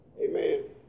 Amen